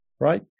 right